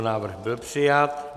Návrh byl přijat.